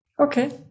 Okay